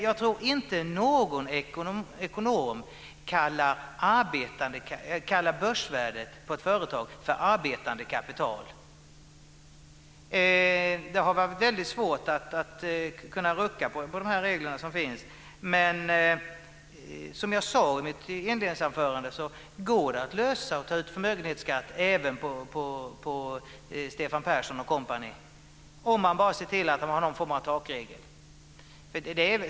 Jag tror inte någon ekonom kallar börsvärdet på ett företag för arbetande kapital. Det har varit svårt att rucka på reglerna, men som jag sade i mitt inledningsanförande går det att ta ut förmögenhetsskatt även för Stefan Persson och kompani - om man bara ser till att det finns någon form av takregel.